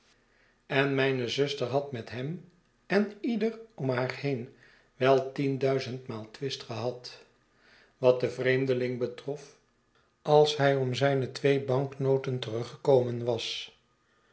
en mijne zuster had met hem en ieder om haar heen wel tienduizendmaal twist gehad wat den vreemdeling betrof als hij om zijne twee banknoten teruggekomen was